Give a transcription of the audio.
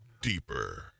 deeper